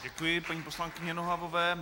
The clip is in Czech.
Děkuji paní poslankyni Nohavové.